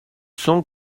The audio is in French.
cent